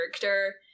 character